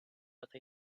with